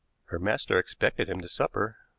her master expected him to supper.